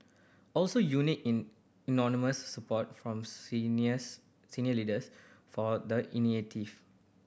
also unique in support from seniors senior leaders for the initiative